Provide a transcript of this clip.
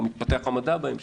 המדע גם התפתח בהמשך.